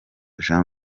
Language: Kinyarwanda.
jean